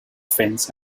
fence